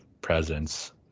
presence